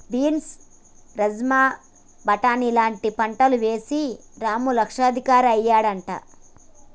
beans rajma బాటని లాంటి పంటలు వేశి రాము లక్షాధికారి అయ్యిండట